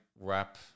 wrap